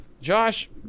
Josh